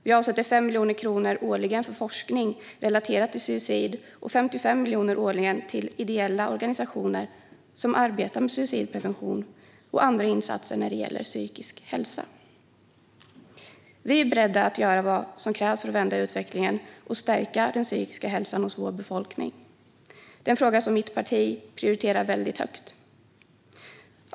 Vi avsätter även 5 miljoner kronor årligen för forskning om suicid och 55 miljoner årligen till ideella organisationer som arbetar med suicidprevention och andra insatser när det gäller psykisk ohälsa. Vi är beredda att göra vad som krävs för att vända utvecklingen och stärka den psykiska hälsan hos Sveriges befolkning. Det är en fråga som mitt parti prioriterar väldigt högt.